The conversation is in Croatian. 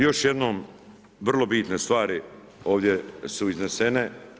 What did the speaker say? Još jednom, vrlo bitne stvari ovdje su iznesene.